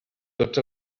tots